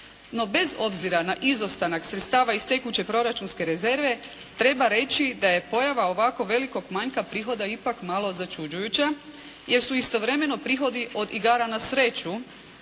No, bez obzira na izostanak sredstava iz tekuće proračunske rezerve, treba reći da e pojava ovako velikog manjka prihoda ipak malo začuđujuća, jer su istovremeno prihodi od igara na sreću,